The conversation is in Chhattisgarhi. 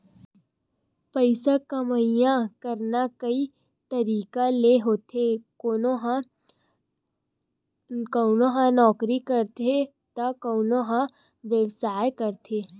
पइसा कमई करना कइ तरिका ले होथे कोनो ह नउकरी करथे त कोनो ह बेवसाय करथे